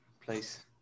please